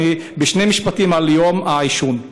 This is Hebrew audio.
שני משפטים על יום העישון: